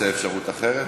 אתה רוצה אפשרות אחרת?